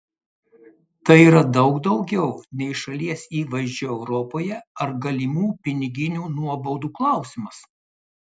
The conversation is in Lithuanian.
tai yra daug daugiau nei šalies įvaizdžio europoje ar galimų piniginių nuobaudų klausimas